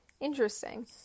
interesting